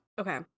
okay